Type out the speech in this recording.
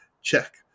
Check